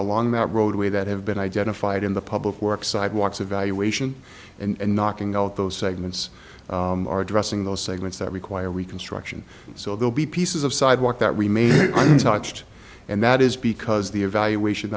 along that roadway that have been identified in the public works sidewalks evaluation and knocking out those segments are addressing those segments that require reconstruction so they'll be pieces of sidewalk that remain untouched and that is because the evaluation